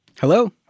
Hello